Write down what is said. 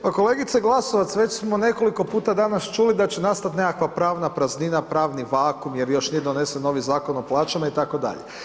Pa kolegice Glasovac već smo nekoliko puta danas čuli da će nastati nekakva pravna praznina, pravni vakum jer još nije donesen novi Zakon o plaćama itd.